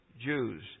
Jews